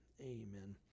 amen